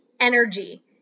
energy